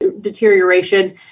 deterioration